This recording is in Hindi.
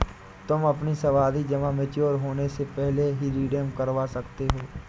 तुम अपनी सावधि जमा मैच्योर होने से पहले भी रिडीम करवा सकते हो